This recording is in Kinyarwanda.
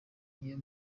n’iyo